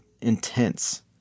intense